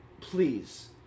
Please